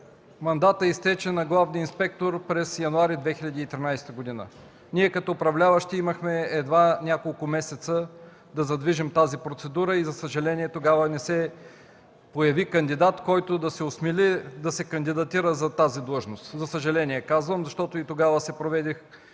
мандатът на главния инспектор изтече през януари 2013 г. Като управляващи имахме едва няколко месеца да задвижим тази процедура. За съжаление, тогава не се появи кандидат, който да се осмели да се кандидатира за тази длъжност. Казвам, за съжаление, защото и тогава се проведе